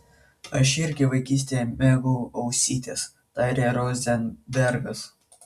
aš irgi vaikystėje mėgau ausytes tarė rozenbergas